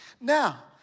Now